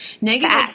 negative